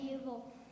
evil